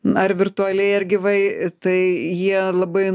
na ar virtualiai ar gyvai tai jie labai